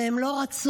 והם לא רצו.